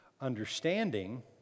Understanding